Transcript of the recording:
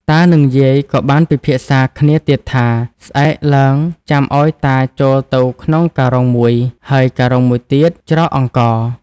តានិងយាយក៏បានពិភាក្សាគ្នាទៀតថា ស្អែកឡើងចាំឱ្យតាចូលទៅក្នុងការុងមួយ ហើយការុងមួយទៀតច្រកអង្ករ។